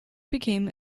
became